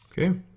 okay